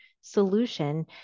solution